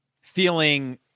feeling